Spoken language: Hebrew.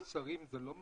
ריבוי שרים זה לא מדע?